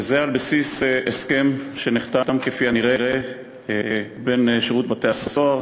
וזה על בסיס הסכם שנחתם כפי הנראה בין שירות בתי-הסוהר,